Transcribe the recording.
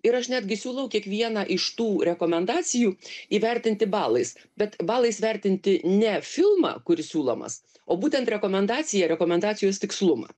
ir aš netgi siūlau kiekvieną iš tų rekomendacijų įvertinti balais bet balais vertinti ne filmą kuris siūlomas o būtent rekomendaciją rekomendacijos tikslumą